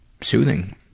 soothing